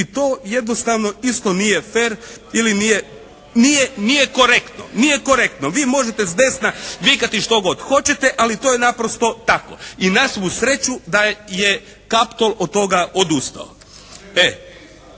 … /Upadica se ne razumije./ … Nije korektno. Vi možete s desna vikati što god hoćete ali to je naprosto tako. I na svu sreću da je Kaptol od toga odustao.